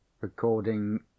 recording